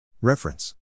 Reference